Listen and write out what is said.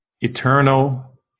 eternal